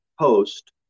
Post